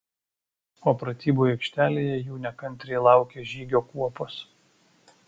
o pratybų aikštelėje jų nekantriai laukė žygio kuopos